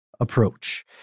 approach